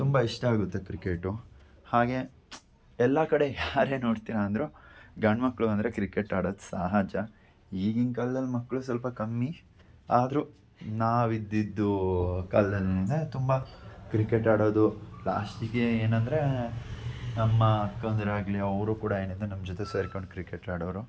ತುಂಬ ಇಷ್ಟ ಆಗುತ್ತೆ ಕ್ರಿಕೆಟು ಹಾಗೆ ಎಲ್ಲ ಕಡೆ ಯಾರೇ ನೋಡ್ತೀರ ಅಂದರೂ ಗಂಡು ಮಕ್ಕಳು ಅಂದರೆ ಕ್ರಿಕೆಟ್ ಆಡೋದು ಸಹಜ ಈಗಿನ ಕಾಲ್ದಲ್ಲಿ ಮಕ್ಕಳು ಸ್ವಲ್ಪ ಕಮ್ಮಿ ಆದರೂ ನಾವಿದ್ದಿದ್ದ ಕಾಲದಲ್ಲಿನೇ ತುಂಬ ಕ್ರಿಕೆಟ್ ಆಡೋದು ಲಾಸ್ಟಿಗೆ ಏನಂದರೆ ನಮ್ಮ ಅಕ್ಕಂದಿರಾಗಲಿ ಅವರು ಕೂಡ ಏನಿದೆ ನಮ್ಮ ಜೊತೆ ಸೇರ್ಕಂಡು ಕ್ರಿಕೆಟ್ ಆಡೋರು